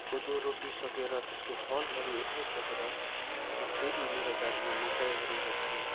कोदो रोपिसकेर त्यसको फलहरू उठाइसकेर म फेरि मेरो बारीमा मकैहरू रोप्छु